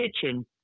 kitchen